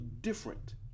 different